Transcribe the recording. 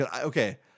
Okay